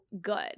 good